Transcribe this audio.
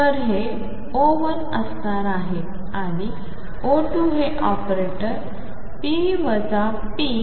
तर हे O1 असणार आहे आणि O2हे ऑपरेटर p ⟨p⟩